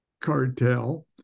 cartel